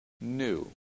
new